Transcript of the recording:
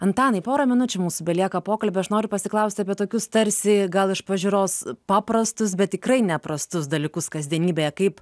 antanai porą minučių mums belieka pokalbio aš noriu pasiklausti apie tokius tarsi gal iš pažiūros paprastus bet tikrai neprastus dalykus kasdienybėje kaip